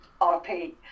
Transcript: rp